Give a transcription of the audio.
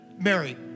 Mary